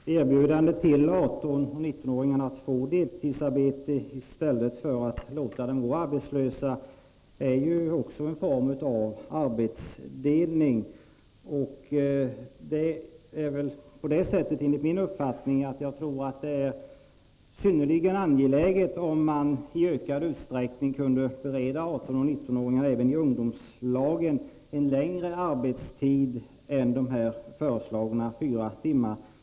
Herr talman! Ett erbjudande till 18-19-åringarna att få deltidsarbete i stället för att låta dem gå arbetslösa är en form av arbetsdelning. Det är synnerligen angeläget att även i ungdomslagen i ökad utsträckning bereda 18-19-åringar en längre arbetstid än de här föreslagna fyra timmarna.